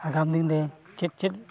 ᱟᱜᱟᱢ ᱫᱤᱱᱨᱮ ᱪᱮᱫ ᱪᱮᱫ